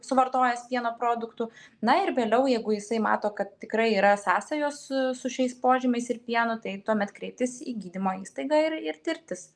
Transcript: suvartojęs pieno produktų na ir vėliau jeigu jisai mato kad tikrai yra sąsajos su su šiais požymiais ir pienu tai tuomet kreiptis į gydymo įstaigą ir ir tirtis